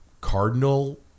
Cardinal